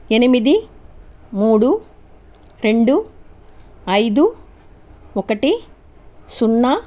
ఎనిమిది మూడు రెండు అయిదు ఒకటి సున్నా